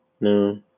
No